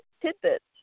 tidbits